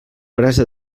brasa